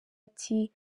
ati